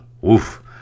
woof